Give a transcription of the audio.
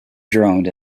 droned